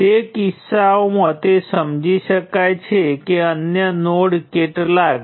અને આપણી પાસે અહીં ફક્ત ત્રણ નોડ 1 2 અને 3 છે